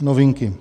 Novinky.